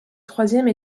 troisième